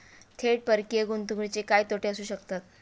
थेट परकीय गुंतवणुकीचे काय तोटे असू शकतात?